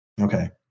Okay